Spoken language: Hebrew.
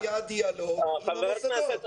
לא היה דיאלוג עם המוסדות.